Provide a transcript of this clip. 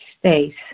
space